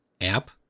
app